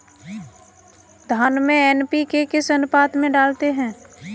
धान में एन.पी.के किस अनुपात में डालते हैं?